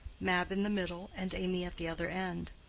mab in the middle, and amy at the other end.